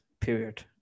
period